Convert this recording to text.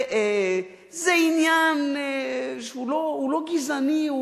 זה עניין שהוא לא גזעני,